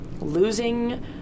losing